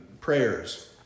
prayers